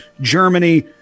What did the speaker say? Germany